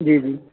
جی جی